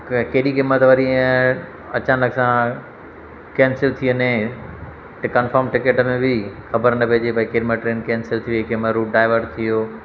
केॾी केॾीमहिल वरी ईअं अचानक सां केंसिल थी वञे त कन्फर्म टिकेट में बि ख़बर न पैजे की भाई केॾीमहिल ट्रेन केंसिल थी वई केॾीमहिल रूट डाईवर्ट थी वियो